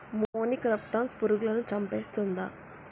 మొనిక్రప్టస్ పురుగులను చంపేస్తుందా?